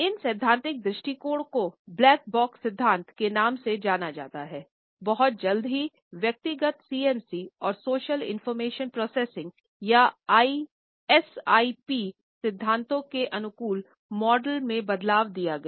इन सैद्धांतिक दृष्टिकोण को 'ब्लैक बॉक्स सिद्धांत के नाम से जाना जाता हैं बहुत जल्द ही व्यक्तिगत सीएमसी और सोशलया एसआईपी सिद्धांतों के अनुकूल मॉडल में बदल दिया गया